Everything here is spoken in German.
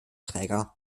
träger